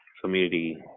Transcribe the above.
community